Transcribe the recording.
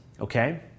Okay